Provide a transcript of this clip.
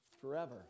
forever